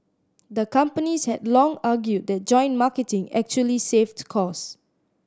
the companies had long argued that joint marketing actually saved costs